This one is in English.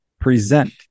present